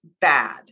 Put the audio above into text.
bad